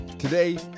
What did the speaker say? Today